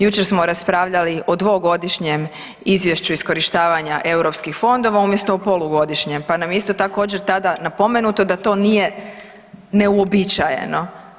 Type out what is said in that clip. Jučer smo raspravljali o dvogodišnjem Izvješću iskorištavanja EU fondova umjesto o polugodišnjem, pa nam je isto također, tada napomenuto da to nije neuobičajeno.